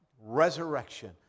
resurrection